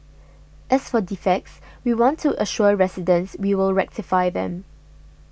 as for defects we want to assure residents we will rectify them